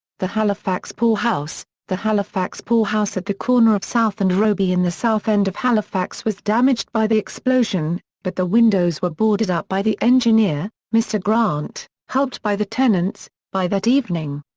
the halifax poor house the halifax poor house at the corner of south and robie in the south end of halifax was damaged by the explosion, but the windows were boarded up by the engineer, mr grant, helped by the tenants, by that evening.